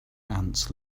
ants